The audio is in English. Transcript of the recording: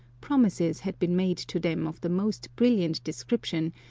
promises had been made to them of the most brilliant description,